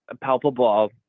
palpable